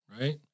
right